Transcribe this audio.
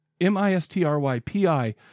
M-I-S-T-R-Y-P-I